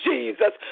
Jesus